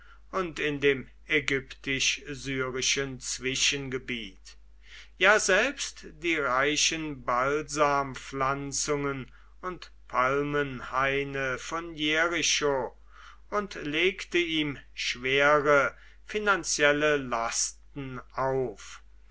und in dem ägyptisch syrischen zwischengebiet ja selbst die reichen balsampflanzungen und palmenhaine von jericho und legte ihm schwere finanzielle lasten auf